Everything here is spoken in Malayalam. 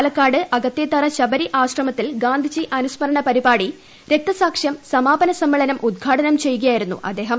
പാലക്കാട് അകത്തേത്തറ ശബരി ആശ്രമത്തിൽ ഗാന്ധിജി അനുസ്മരണ പരിപാടി രക്തസാക്ഷ്യം സമാപന സമ്മേളനം ഉൽഘാടനം ചെയ്യുകയായിരുന്നു അദ്ദേഹം